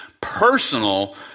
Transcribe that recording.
personal